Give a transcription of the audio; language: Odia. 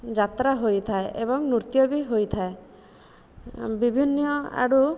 ଯାତ୍ରା ହୋଇଥାଏ ଏବଂ ନୃତ୍ୟ ବି ହୋଇଥାଏ ବିଭିନ୍ନ ଆଡ଼ୁ